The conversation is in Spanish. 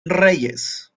reyes